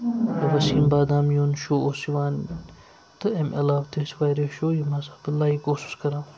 ؤسیٖم بادامی یُن شو اوس یِوان تہٕ امہِ علاوٕ تہِ ٲسۍ واریاہ شو یِم ہسا بہٕ لایِک اوسُس کران